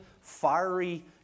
fiery